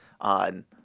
on